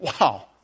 Wow